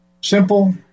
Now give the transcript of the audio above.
simple